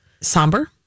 somber